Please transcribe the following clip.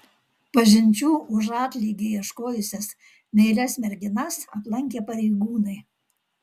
pažinčių už atlygį ieškojusias meilias merginas aplankė pareigūnai